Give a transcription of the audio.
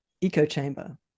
eco-chamber